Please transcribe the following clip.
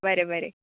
बरें बरें